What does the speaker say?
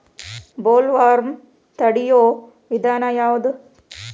Bollworm ತಡಿಯು ವಿಧಾನ ಯಾವ್ದು?